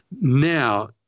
Now